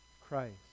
Christ